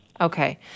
Okay